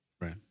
right